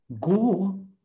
go